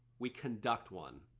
we conduct one.